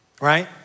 Right